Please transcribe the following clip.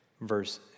verse